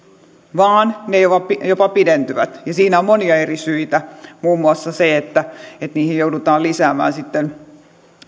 vaan ne jopa jopa pidentyvät siihen on monia eri syitä muun muassa se että niihin joudutaan lisäämään